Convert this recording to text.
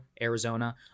Arizona